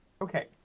Okay